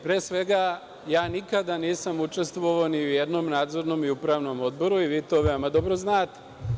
Pre svega, nikada nisam učestvovao ni u jednom nadzornom i upravnom odboru i vi to veoma dobro znate.